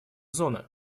зоны